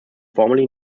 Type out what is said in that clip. formerly